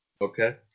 Okay